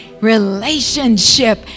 relationship